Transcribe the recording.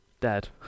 Dead